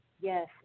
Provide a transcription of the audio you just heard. Yes